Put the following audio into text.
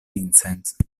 vincent